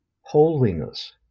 Holiness